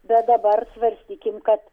bet dabar svarstykim kad